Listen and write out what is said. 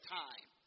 time